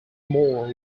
more